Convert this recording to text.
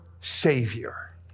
Savior